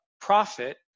profit